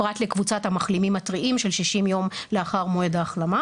פרט לקבוצת המחלימים הטריים של 60 יום לאחר מועד ההחלמה